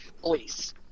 police